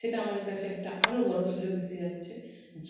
সেটা আমাদের কাছে একটা আরো বড় সুযোগ এসে যাচ্ছে